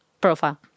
Profile